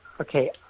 Okay